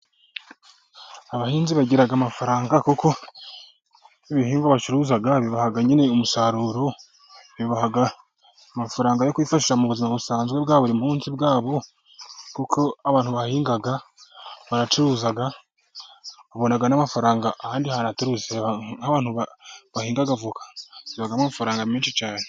Abahinzi bagira amafaranga, kuko ibihingwa bacuruza bibaha nyine umusaruro, bibaha amafaranga yo kwifasha mu buzima busanzwe bwa buri munsi bwabo, kuko abantu bahinga barayacuruza, babona n'amafaranga ahandi hantu, abantu bahinga avoka babonamo amafaranga menshi cyane.